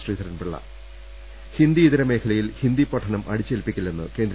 ശ്രീധരൻപിള്ള ഹിന്ദി ഇതര മേഖലയിൽ ഹിന്ദിപഠനം അടിച്ചേൽപ്പിക്കില്ലെന്ന് കേന്ദ്ര